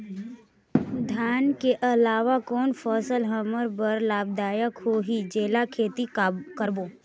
धान के अलावा कौन फसल हमर बर लाभदायक होही जेला खेती करबो?